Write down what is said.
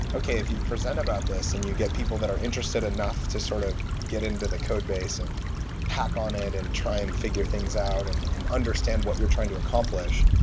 okay, if you present about this and you get people that are interested enough to sort of get into the codebase and hack on it and try and figure things out and and understand what you're trying to accomplish,